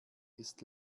ist